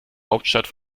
hauptstadt